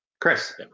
Chris